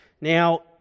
Now